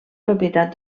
propietat